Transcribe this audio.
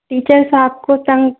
teachers आपको तंग